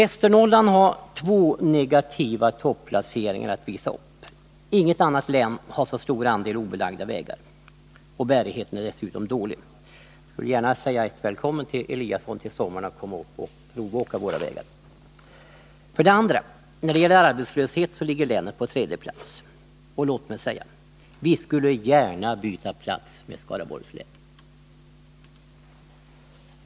Västernorrland har två negativa topplaceringar att visa upp: För det första har inget annat län en så stor andel obelagda vägar. Bärigheten är dessutom dålig. Jag vill gärna hälsa Ingemar Eliasson välkommen att provåka våra vägar till sommaren. För det andra ligger länet på tredje plats när det gäller arbetslöshet — låt migi det sammanhanget säga: Vi skulle gärna byta plats med Skaraborgs län.